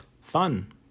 Fun